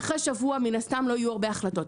ואחרי שבוע מן הסתם לא יהיו הרבה החלטות,